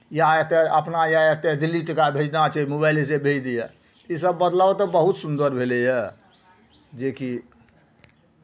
या एतेक अपना या एतेक दिल्ली टाका भेजनाइ छै मोबाइलेसँ भेज दैए इसभ बदलाव तऽ बहुत सुन्दर भेलैए जेकि